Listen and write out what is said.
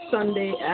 Sunday